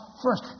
first